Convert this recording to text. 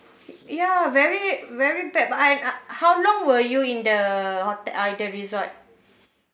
y~ ya very very bad but and ah how long were you in the hote~ ah the resort